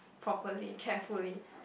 properly carefully